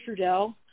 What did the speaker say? Trudell